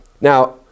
Now